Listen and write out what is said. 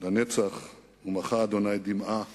לנצח ומחה ה' דמעה